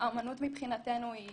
האמנות מבחינתנו היא